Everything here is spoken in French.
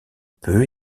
peu